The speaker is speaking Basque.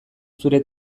zure